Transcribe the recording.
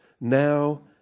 now